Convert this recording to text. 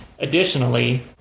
additionally